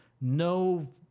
no